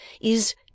is